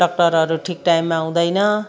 डक्टरहरू ठिक टाइममा आउँदैन